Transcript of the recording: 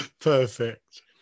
Perfect